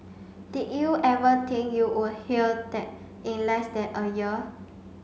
did you ever think you would hear that in less than a year